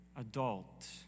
adult